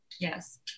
Yes